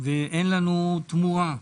ואין לנו תמורה.